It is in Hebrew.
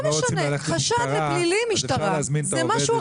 רוצים ללכת למשטרה אז אפשר להזמין את העובדת,